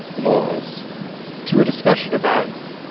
laws to a discussion about